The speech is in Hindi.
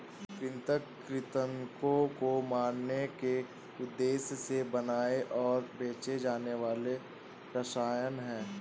कृंतक कृन्तकों को मारने के उद्देश्य से बनाए और बेचे जाने वाले रसायन हैं